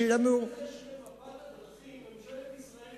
במפת הדרכים ממשלת ישראל